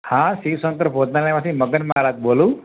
હા શિવશંકર ભોજનાલયમાંથી મગન મહારાજ બોલું